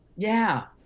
yeah,